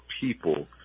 people